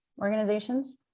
organizations